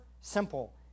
simple